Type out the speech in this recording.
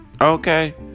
Okay